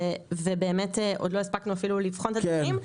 ובאמת עוד לא הספקנו אפילו לבחון את הדברים,